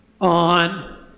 on